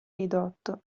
ridotto